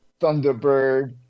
Thunderbird